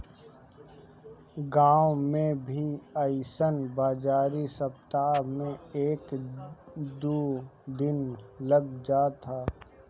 गांव में भी अइसन बाजारी सप्ताह में एक दू दिन लाग जात ह